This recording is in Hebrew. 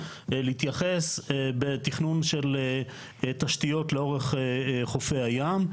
להתייחס בתכנון של תשתיות לאורך חופי הים,